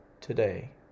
today